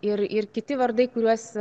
ir ir kiti vardai kuriuos